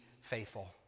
faithful